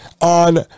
on